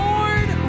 Lord